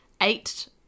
eight